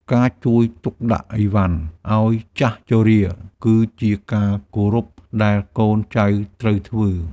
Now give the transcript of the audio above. ការជួយទុកដាក់អីវ៉ាន់ឱ្យចាស់ជរា គឺជាការគោរពដែលកូនចៅត្រូវធ្វើ។